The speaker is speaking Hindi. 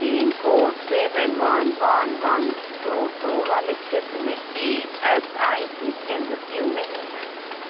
pin code seven one one once two two वाले क्षेत्र में ई एस आई सी केंद्र क्यों नहीं है